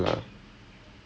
mm ya ya ya